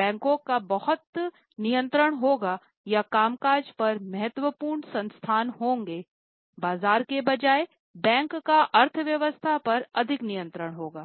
बैंकों का बहुत नियंत्रण होगा या कामकाज पर महत्वपूर्ण संस्थान होंगे बाजार के बजाय बैंक का अर्थव्यवस्था पर अधिक नियंत्रण होगा